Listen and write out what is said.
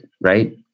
right